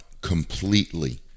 completely